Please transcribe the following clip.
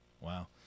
Wow